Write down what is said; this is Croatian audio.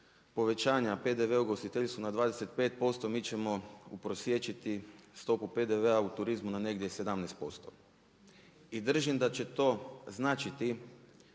povećanja PDV-a u ugostiteljstvu na 25% mi ćemo uprosiječiti stopu PDV-a u turizmu na negdje 17% i držim da će to značiti,